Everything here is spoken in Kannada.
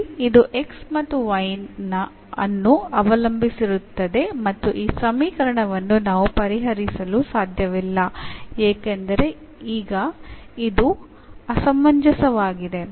ಇಲ್ಲಿ ಇದು x ಮತ್ತು y ಅನ್ನು ಅವಲಂಬಿಸಿರುತ್ತದೆ ಮತ್ತು ಈ ಸಮೀಕರಣವನ್ನು ನಾವು ಪರಿಹರಿಸಲು ಸಾಧ್ಯವಿಲ್ಲ ಏಕೆಂದರೆ ಇದು ಈಗ ಅಸಮಂಜಸವಾಗಿದೆ